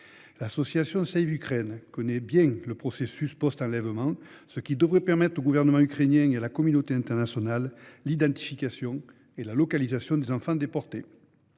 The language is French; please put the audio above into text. L'association Save Ukraine connaît bien le processus post-enlèvement, ce qui devrait permettre au gouvernement ukrainien et à la communauté internationale d'identifier et de localiser les enfants déportés.